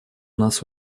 нас